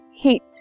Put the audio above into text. heat